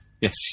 Yes